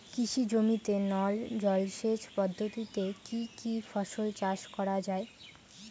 কৃষি জমিতে নল জলসেচ পদ্ধতিতে কী কী ফসল চাষ করা য়ায়?